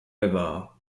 river